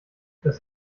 das